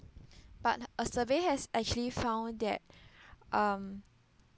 but a survey has actually found that um